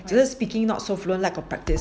只是 speaking not so fluent lack of practice